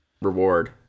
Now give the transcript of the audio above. Reward